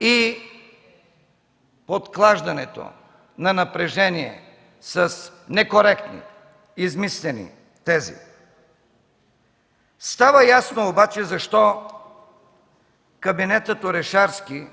и подклаждането на напрежение с некоректни, измислени тези. Става ясно обаче защо кабинетът Орешарски